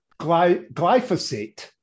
glyphosate